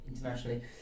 internationally